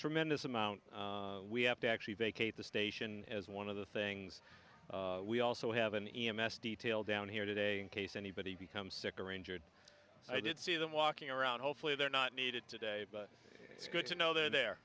tremendous amount we have to actually vacate the station as one of the things we also have an e m f detail down here today in case anybody becomes sick or injured i did see them walking around hopefully they're not needed today but it's good to know that the